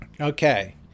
Okay